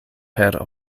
per